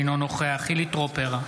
אינו נוכח חילי טרופר,